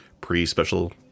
pre-special